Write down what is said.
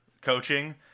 coaching